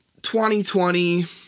2020